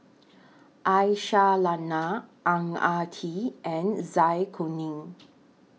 Aisyah Lyana Ang Ah Tee and Zai Kuning